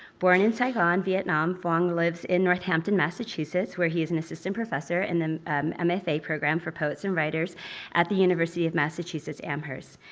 born in saigon, vietnam, vuong lives in northampton, massachusetts, where he is an assistant professor in the ah mfa program for poets and writers at the university of massachusetts amherst.